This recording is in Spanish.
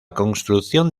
construcción